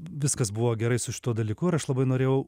viskas buvo gerai su šituo dalyku ir aš labai norėjau